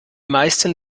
meisten